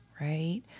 right